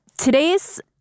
Today's